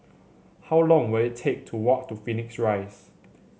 how long will it take to walk to Phoenix Rise